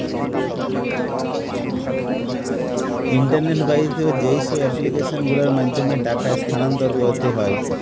internet বাহিত যেইসব application গুলোর মাধ্যমে টাকা স্থানান্তর করতে হয়